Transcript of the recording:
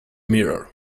mirror